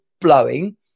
blowing